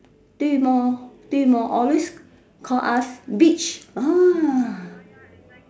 对么对么 always call us bitch ah